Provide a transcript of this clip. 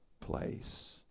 place